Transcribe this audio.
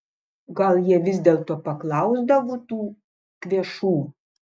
gal jie vis dėlto paklausdavo tų kvėšų